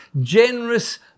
generous